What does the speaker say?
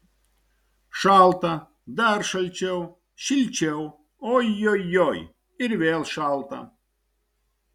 šalta dar šalčiau šilčiau ojojoi ir vėl šalta